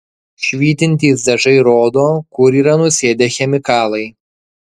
švytintys dažai rodo kur yra nusėdę chemikalai